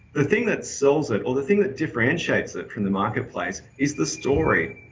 the thing that sells it, or the thing that differentiates it from the marketplace is the story.